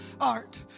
art